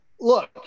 look